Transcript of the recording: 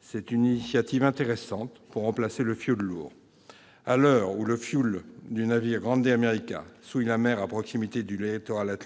C'est une initiative intéressante pour remplacer le fioul lourd. À l'heure où le fioul du navire souille l'océan Atlantique à proximité du littoral,